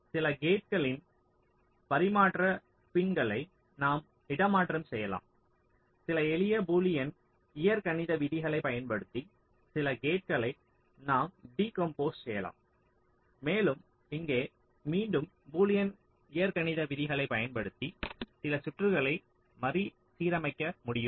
சில கேட்களின் பரிமாற்ற பின்ஸ்களை நாம் இடமாற்றம் செய்யலாம் சில எளிய பூலியன் இயற்கணித விதிகளைப் பயன்படுத்தி சில கேட்களை நாம் டீகம்போஸ் செய்யலாம் மேலும் இங்கே மீண்டும் பூலியன் இயற்கணித விதிகளைப் பயன்படுத்தி சில சுற்றுகளை மறுசீரமைக்க முடியும்